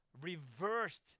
reversed